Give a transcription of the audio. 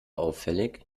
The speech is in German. auffällig